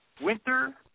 winter